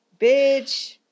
bitch